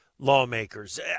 lawmakers